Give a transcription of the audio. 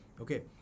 Okay